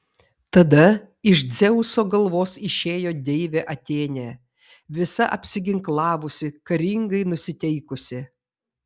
tada iš dzeuso galvos išėjo deivė atėnė visa apsiginklavusi karingai nusiteikusi